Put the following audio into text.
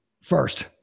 First